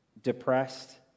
depressed